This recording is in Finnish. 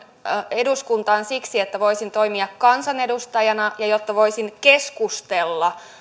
eduskuntaan siksi että voisin toimia kansanedustajana ja että voisin keskustella